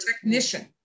technician